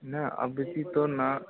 ना अभी तो ना